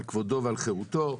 על כבודו ועל חירותו.